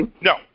No